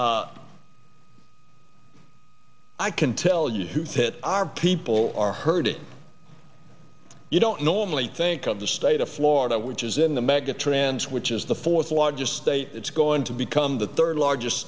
president i can tell you who said our people are hurting you don't normally think of the state of florida which is in the megatrends which is the fourth largest state it's going to become the third largest